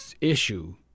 issue